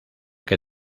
que